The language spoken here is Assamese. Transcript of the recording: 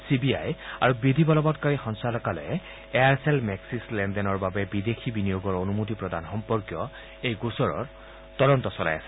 চি বি আই আৰু বিধি বলবৎকাৰী সঞ্চালকালয়ে এয়াৰচেল মেক্সিছ লেনদেনৰ বাবে বিদেশী বিনিয়োগৰ অনুমতি প্ৰদান সম্পৰ্কীয় এই গোচৰৰ তদন্ত চলাই আছে